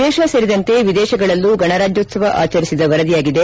ದೇಶ ಸೇರಿದಂತೆ ವಿದೇಶಗಳಲ್ಲೂ ಗಣರಾಜ್ಯೋತ್ಸವ ಆಚರಿಸಿದ ವರದಿಯಾಗಿದೆ